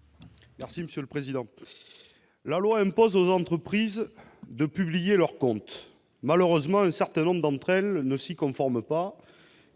présenter l'amendement n° 68. La loi impose aux entreprises de publier leurs comptes. Malheureusement, un certain nombre d'entre elles ne s'y conforment pas